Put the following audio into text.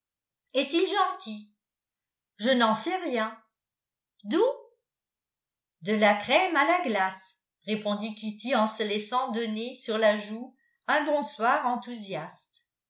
est-il gentil je n'en sais rien doux de la crème à la glace répondit kitty en se laissant donner sur la joue un bonsoir enthousiaste